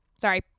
Sorry